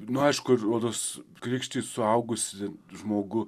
nu aišku rodos krikštyt suaugusį žmogų